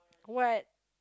what